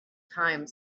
time